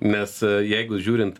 nes jeigu žiūrint